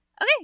Okay